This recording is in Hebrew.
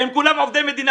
הם כולם עובדי מדינה,